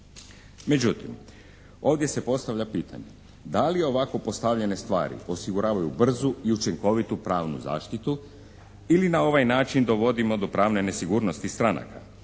Međutim, ovdje se postavlja pitanje da li ovako postavljene stvari osiguravaju brzu i učinkovitu pravnu zaštitu ili na ovaj način dovodimo do pravne nesigurnosti stranaka